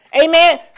Amen